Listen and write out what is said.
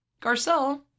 Garcelle